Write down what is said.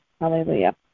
Hallelujah